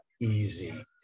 easy